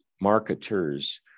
marketers